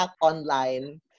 online